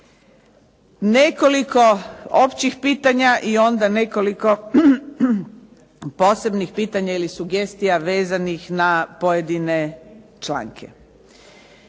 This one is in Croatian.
Nekoliko općih pitanja i onda nekoliko posebnih pitanja ili sugestija vezanih na pojedine članke.